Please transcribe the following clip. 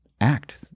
act